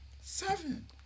Seven